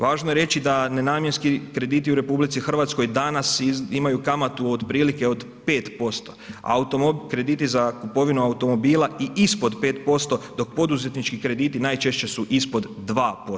Važno je reći da nenamjenski krediti u RH danas imaju kamatu otprilike od 5%, krediti za kupovinu automobila i ispod 5% dok poduzetnički krediti najčešće su ispod 2%